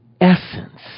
essence